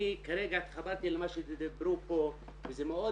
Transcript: אני כרגע התחברתי למה שדיברו פה וזה מאוד